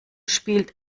spielt